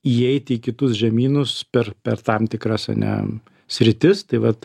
įeiti į kitus žemynus per per tam tikras ane sritis tai vat